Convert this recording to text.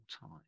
time